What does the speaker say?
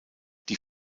die